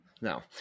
No